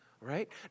right